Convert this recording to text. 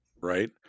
right